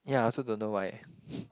ya I also don't know why